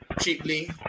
cheaply